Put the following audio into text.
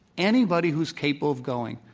anybody who's capable of going,